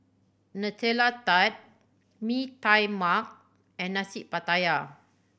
Nutella Tart Mee Tai Mak and Nasi Pattaya